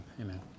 Amen